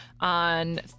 on